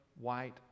white